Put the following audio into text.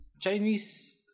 Chinese